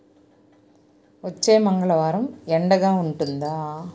వచ్చే మంగళవారం ఎండగా ఉంటుందా